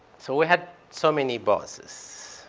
so we had so many bosses,